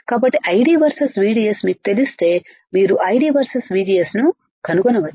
కాబట్టి ID versus VDSమీకు తెలిస్తేమీరు ID వర్సెస్ VGSనుకనుగొనవచ్చు